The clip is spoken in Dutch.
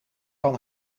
van